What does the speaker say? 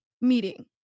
meeting